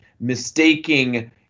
mistaking